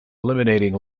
eliminating